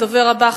הדובר הבא,